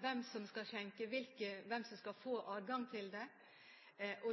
hvem som skal skjenke, hvem som skal få adgang til det.